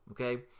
okay